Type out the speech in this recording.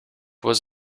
was